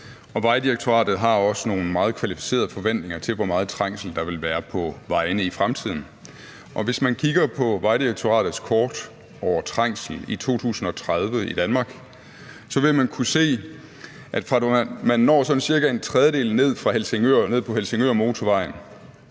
Vejdirektoratet har også nogle meget kvalificerede forventninger til, hvor meget trængsel der vil være på vejene i fremtiden. Og hvis man kigger på Vejdirektoratets kort over trængsel i Danmark i 2030, vil man kunne se, at fra man når sådan cirka en tredjedel ned fra Helsingør og ned